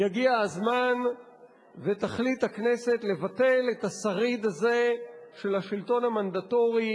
יגיע הזמן שתחליט הכנסת לבטל את השריד הזה של השלטון המנדטורי,